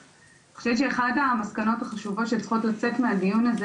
אני חושבת שאחד המסקנות החשובות שצריכות לצאת מהדיון הזה,